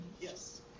yes